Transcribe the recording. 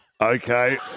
Okay